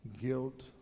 guilt